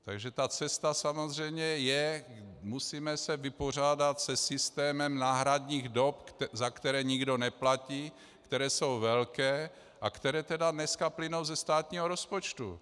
Takže ta cesta samozřejmě je musíme se vypořádat se systémem náhradních dob, za které nikdo neplatí, které jsou velké a které tedy dneska plynou ze státního rozpočtu.